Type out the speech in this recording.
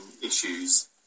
issues